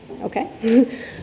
okay